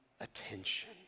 attention